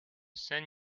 saint